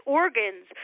organs